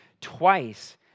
twice